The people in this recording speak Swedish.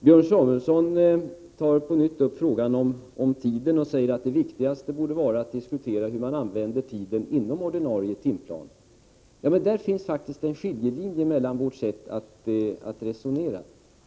Björn Samuelson tar på nytt upp frågan om tiden och säger att det viktigaste borde vara att diskutera hur man använder tiden inom ordinarie timplan. Men där finns faktiskt en skiljelinje mellan vårt sätt att resonera.